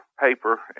paper